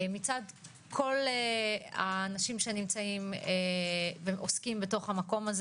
מצד כל האנשים שעוסקים במקום הזה